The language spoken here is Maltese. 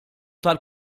tal